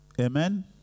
Amen